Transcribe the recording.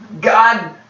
God